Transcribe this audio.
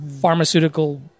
pharmaceutical